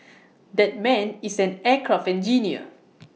that man is an aircraft engineer